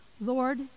Lord